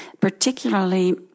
particularly